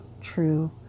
true